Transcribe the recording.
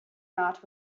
not